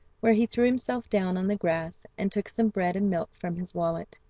where he threw himself down on the grass, and took some bread and milk from his wallet.